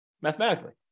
mathematically